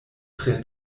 tre